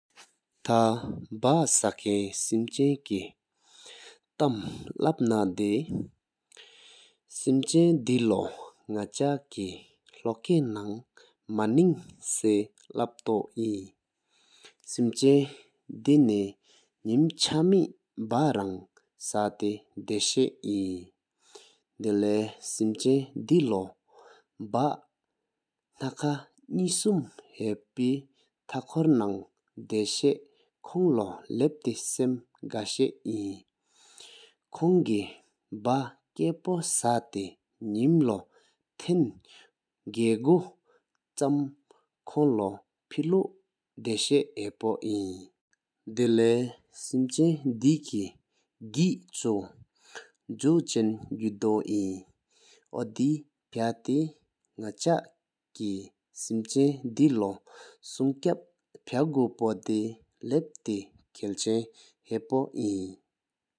ཐ་བའི་ཤ་ཁན་སེམས་ཅན་གྱི་སྟཫ་ལབ་རྣ་དེ། སྲིད་སེམས་ཅན་དེ་ལོ་ནག་ཆ་གྱི་ལྷོ་ཀསྣང་མ་ནིང་སེམས་ལབ་ཐོའི་ལྡན། སེམས་ཅན་དེ་ནས་ཉི་ཟླ་བརྒྱད་པ་བརང་ཤ་ཏེས་ད་ཤ་དག་ཞིག་དེར། འདོད་སེམས་ཅན་དེ་ལོ་བརྒྱད་ཐུན་ཙམ་གྱི་སེམས་ཀྱི་མེར་ལོ་ལ་ི་ཤ་འདོད་ཞིག་ཅན་དང་བལྡ་དཀྱི་ཞེས་ནས་བརྡཔོ་ལའོང་བ་ཞིག་ཡོད། ཁོ་ནི་བརྒྱད་ཤོས་ཆའི་གཏམ་དེ་བརྡ་ཅན་ཡིག་སྒྲ་ཡིག་ཞིག་དུ་འཛོལ་ཐོང་རྒྱལ་ཐོག་མར་སེམས་བལྡ་ཞིག་སྦྱེལ་ང་བརྒྱལ། འདོད་སེམས་ཅན་གི་ཀོཤ་དངོས་འདོམ་པ་ཉི་ཤུ་རུ་པར་འཁོན་མར་བོད་སེམས་ཅན་དེ་ལོ་དང་བསག་བཀའ་བོ་ཅན་སེང་དག་འདི།